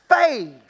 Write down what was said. faith